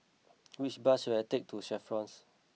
which bus should I take to The Chevrons